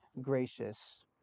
gracious